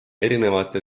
erinevate